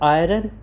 iron